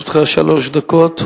לרשותך שלוש דקות.